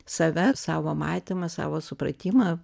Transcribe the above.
save savo matymą savo supratimą